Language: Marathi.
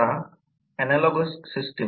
5 ची कार्यक्षमता आहे जेव्हा 0